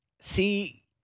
see